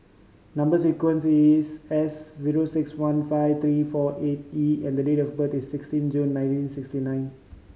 number sequence is S zero six one five three four eight E and date of birth is sixteen June nineteen sixty nine